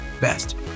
best